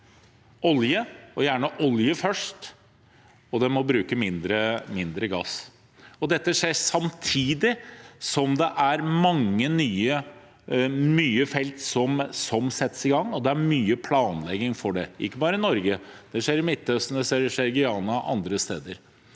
olje – gjerne olje først – og det må brukes mindre gass. Dette skjer samtidig som det er mange nye felt som settes i gang, og det er mye planlegging for det. Det skjer ikke bare i Norge – det skjer i Midtøsten, det skjer i Guyana og andre steder.